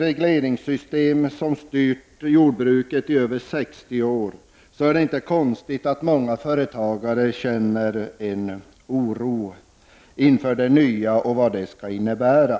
regleringssystem som har styrt jordbruket i över 60 år är det inte konstigt att många företagare känner stor oro inför det nya och vad det kan komma att innebära.